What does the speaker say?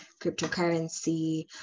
cryptocurrency